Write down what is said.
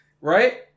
right